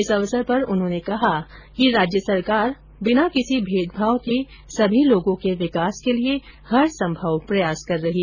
इस अवसर पर उन्होंने कहा कि राज्य सरकार बिना किसी मेदभाव के सभी लोगों के विकास के लिये हर संभव प्रयास कर रही हैं